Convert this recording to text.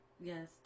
yes